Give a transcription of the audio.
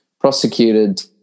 prosecuted